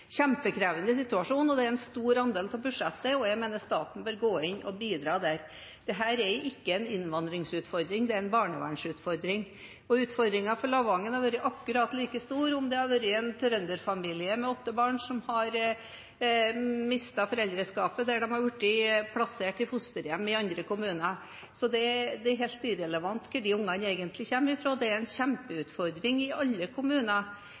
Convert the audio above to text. kjempekrevende situasjon, og det er en stor andel av budsjettet. Jeg mener staten bør gå inn og bidra der. Dette er ikke en innvandringsutfordring, det er en barnevernsutfordring. Utfordringen for Lavangen hadde vært akkurat like stor om det hadde vært en trønderfamilie med åtte barn som hadde mistet foreldreskapet og ungene hadde blitt plassert i fosterhjem i andre kommuner. Det er egentlig helt irrelevant hvor de ungene kommer fra. Det er en kjempeutfordring i alle kommuner